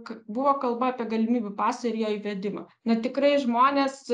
k buvo kalba apie galimybių pasą ir jo įvedimą na tikrai žmonės